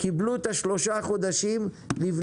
אנחנו נפגשנו עם כלל העמותות שמציגות כאן ויש